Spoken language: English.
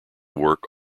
work